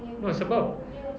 no sebab